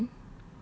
no I didn't